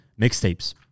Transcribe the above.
Mixtapes